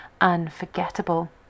unforgettable